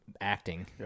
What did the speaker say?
acting